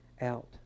out